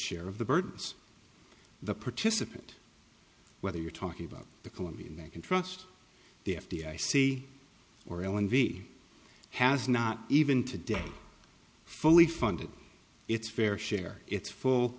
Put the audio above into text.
share of the birds the participant whether you're talking about the colombian they can trust the f d i c or l n v has not even today fully funded its fair share its full